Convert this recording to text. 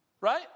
Right